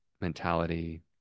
mentality